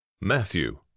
Matthew